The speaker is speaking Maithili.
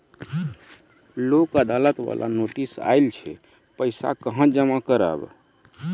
लोक अदालत बाला नोटिस आयल छै पैसा कहां जमा करबऽ?